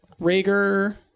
Rager